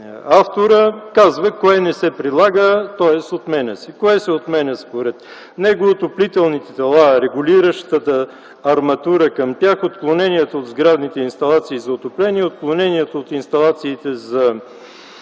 авторът, казва кое не се прилага, тоест, отменя се. Кое се отменя според него? „Отоплителните тела, регулиращата арматура към тях, отклоненията от сградните инсталации за отопление, отклоненията от инсталациите за